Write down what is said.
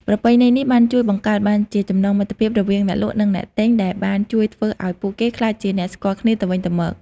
ប្រពៃណីនេះបានជួយបង្កើតបានជាចំណងមិត្តភាពរវាងអ្នកលក់នឹងអ្នកទិញ ដែលបានជួយធ្វើឲ្យពួកគេក្លាយជាអ្នកស្គាល់គ្នាទៅវិញទៅមក។